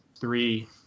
three